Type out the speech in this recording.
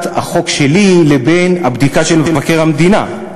החוק שלי לבין הבדיקה של מבקר המדינה.